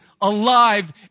alive